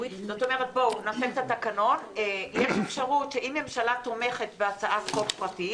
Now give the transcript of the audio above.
יש אפשרות שאם ממשלה תומכת בהצעת חוק פרטית